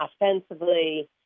offensively